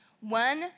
one